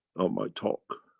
on my talk,